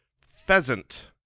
pheasant